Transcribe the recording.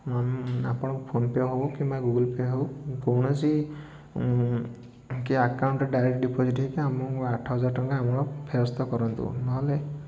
ଆପଣଙ୍କ PhonePe' ହେବ କିମ୍ବା ଗୁଗଲ୍ ପେ' ହେବ କିମ୍ବା କୌଣସି କି ଆକାଉଣ୍ଟ୍ ଡାଇରେକ୍ଟ ଡିପୋଜିଟ୍ ଆମର ଆଠ ହଜାର ଟଙ୍କା ଆମର ଫେରସ୍ତ କରନ୍ତୁ ନହେଲେ